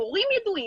מורים קבועים,